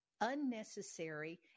unnecessary